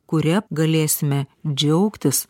kuria galėsime džiaugtis